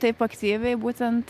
taip aktyviai būtent